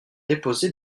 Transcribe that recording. déposé